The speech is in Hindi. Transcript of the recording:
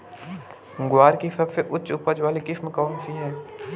ग्वार की सबसे उच्च उपज वाली किस्म कौनसी है?